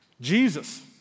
Jesus